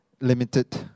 limited